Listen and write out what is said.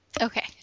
okay